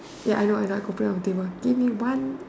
ya I know I know I copy on the table give me one